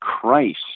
Christ